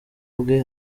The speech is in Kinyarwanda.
bwe